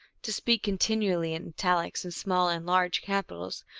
to speak continually in italics and small and large capitals,